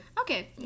Okay